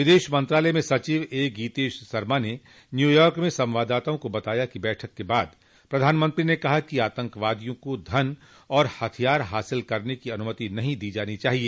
विदेश मंत्रालय में सचिव ए गीतेश सरमा ने न्यूयार्क में संवाददाताओं को बताया कि बैठक के बाद प्रधानमंत्री ने कहा कि आतंकवादियों को धन और हथियार हासिल करने की अनुमति नहीं दी जानी चाहिए